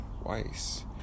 Twice